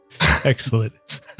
Excellent